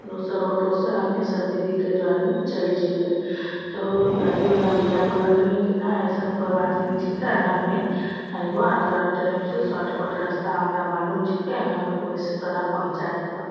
दोसर ओटोसे हमे सभ दीदीके जरमे चलि जेबै तऽ ओ गाड़ीवला भइआ बोललखिन कि नहि ओइसन कोइ बात नहि छिकै हमे अएबऽ आओर तोरा टाइमसे शार्टकट रस्ता हमरा मालूम छिकै हम ओहिसे तोरा पहुँचै देबऽ